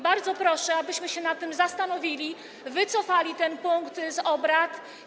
Bardzo proszę, abyśmy się nad tym zastanowili i wycofali ten punkt z porządku obrad.